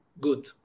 good